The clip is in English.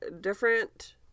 different